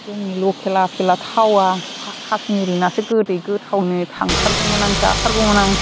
जोंनि लकेल आपेलआ थावा काश्मिरनासो गोदै गोथावनो थांथारगौमोन आं जाथारगौमोन आं